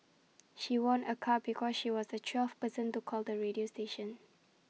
she won A car because she was the twelfth person to call the radio station